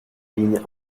lignes